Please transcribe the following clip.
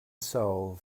soul